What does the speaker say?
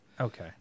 Okay